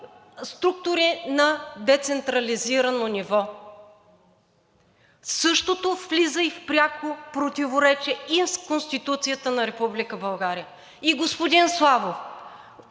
структури на децентрализирано ниво. Същото влиза в пряко противоречие и с Конституцията на Република България. Господин Славов,